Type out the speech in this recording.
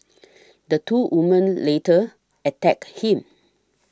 the two woman later attacked him